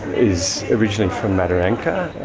is originally from mataranka.